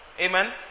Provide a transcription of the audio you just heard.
Amen